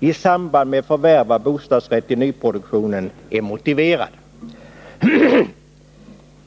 i samband med förvärv av bostadsrätt i nyproduktionen är motiverad.